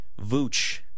Vooch